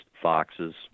foxes